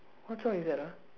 what's song is that ah